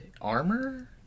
armor